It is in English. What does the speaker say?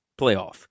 playoff